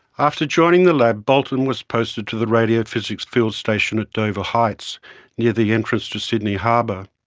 after joining the lab bolton was posted to the radiophysics field station at dover heights near the entrance to sydney harbour.